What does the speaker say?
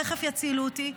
תכף יצילו אותי,